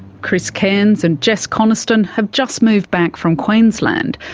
chris cairns and jess coniston have just moved back from queensland,